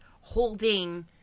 holding